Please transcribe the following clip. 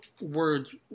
words